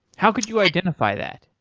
how could you identify that?